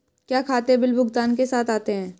क्या खाते बिल भुगतान के साथ आते हैं?